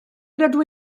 rydw